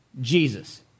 Jesus